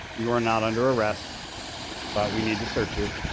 you are not under arrest but we need to search you,